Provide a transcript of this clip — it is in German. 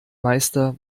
meister